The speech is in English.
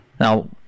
Now